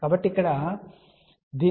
కాబట్టి ఇక్కడ నుండి దీనిని పోల్చండి